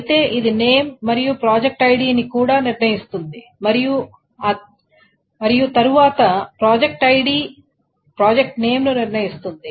అయితే ఇది నేమ్ మరియు ప్రాజెక్ట్ ఐడిని కూడా నిర్ణయిస్తుంది మరియు తరువాత ప్రాజెక్ట్ ఐడి ప్రాజెక్ట్ నేమ్ ను నిర్ణయిస్తుంది